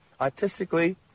artistically